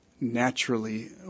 naturally